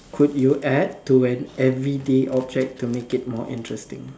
could you add to an everyday object to make it more interesting